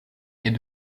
est